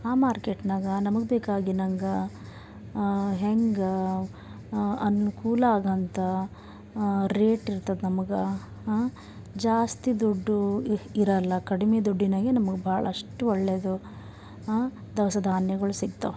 ಆ ಮಾರ್ಕೆಟ್ನಾಗ ನಮಗೆ ಬೇಕಾಗಿನಂಗ ಹೆಂಗೆ ಅನುಕೂಲ ಆಗಂತ ರೇಟಿರ್ತದೆ ನಮಗೆ ಜಾಸ್ತಿ ದುಡ್ಡು ಇರಲ್ಲ ಕಡಿಮೆ ದುಡ್ಡಿನಾಗೆ ನಮಗೆ ಭಾಳಷ್ಟು ಒಳ್ಳೆದು ದವಸ ಧಾನ್ಯಗಳು ಸಿಕ್ತಾವೆ